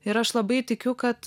ir aš labai tikiu kad